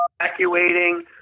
evacuating